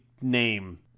name